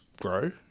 grow